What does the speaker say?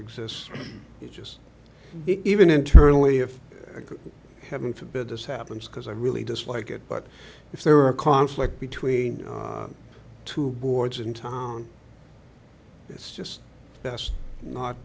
exists it just even internally if a good heaven forbid this happens because i really dislike it but if there were a conflict between two boards in town it's just best not